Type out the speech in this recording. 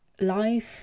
life